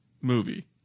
Movie